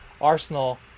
Arsenal